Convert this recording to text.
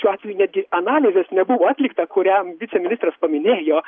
šiuo atveju netgi analizės nebuvo atlikta kuriam viceministras paminėjo